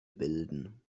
bilden